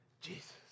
Jesus